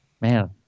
man